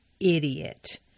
idiot